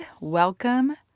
welcome